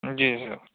جی سر